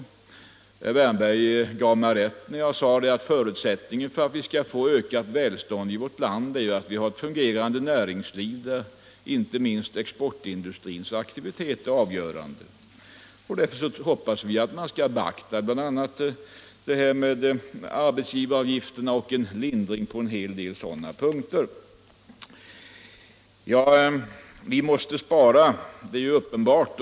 Herr Wärnberg gav mig rätt när jag sade att förutsättningen för att vi skall få ökat välstånd i vårt land är att vi har ett fungerande näringsliv, där inte minst exportindustrins aktivitet är avgörande. Därför hoppas vi att man skall beakta bl.a. frågan om arbetsgivaravgifterna och en lindring på en hel del punkter. Vi måste spara — det är helt klart.